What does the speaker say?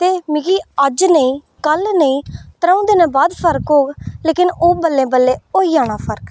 ते मिगी अज्ज नेईं कल नेईं त्र'ऊं दिनें बाद गै फर्क होग लेकिन ओह् बल्लें बल्लें होई जाना फर्क